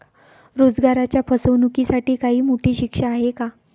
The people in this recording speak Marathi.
रोजगाराच्या फसवणुकीसाठी काही मोठी शिक्षा आहे का?